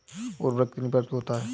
उर्वरक कितनी प्रकार के होता हैं?